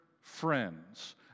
friends